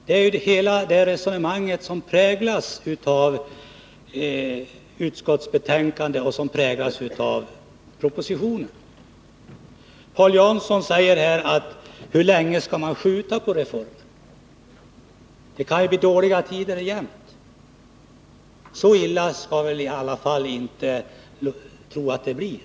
Det är också detta resonemang som präglar utskottsbetänkandet och propositionen. Paul Jansson frågar hur länge man skall skjuta upp reformen — det kan ju bli dåliga tider igen. Så illa skall vi väl inte tro att det blir.